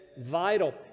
vital